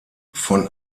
von